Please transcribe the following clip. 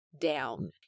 down